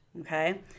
okay